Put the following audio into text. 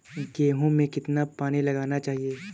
गेहूँ में कितना पानी लगाना चाहिए?